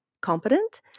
competent